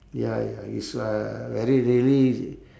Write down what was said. ya ya it's a very really